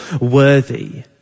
worthy